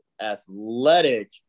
athletic